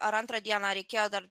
ar antrą dieną reikėjo dar